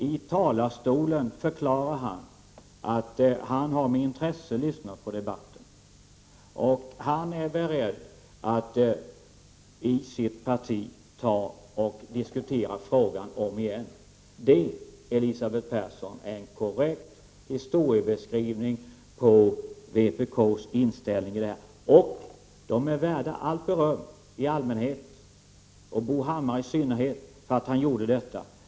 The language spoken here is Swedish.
I talarstolen förklarar han att han med intresse har lyssnat på debatten och att han är beredd att diskutera frågan om igen i sitt parti. Det är en korrekt historiebeskrivning av vpk:s inställning, Elisabeth Persson. Vpk är värt allt beröm i allmänhet och Bo Hammar är det i synnerhet, för att han gjorde detta.